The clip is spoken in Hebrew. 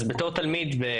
אז בתור תלמידי,